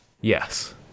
Yes